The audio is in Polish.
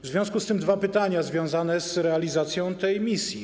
W związku z tym dwa pytania związane z realizacją tej misji.